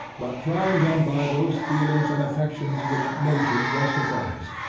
but trying them by those feelings and affections which nature justifies,